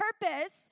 purpose